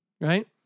Right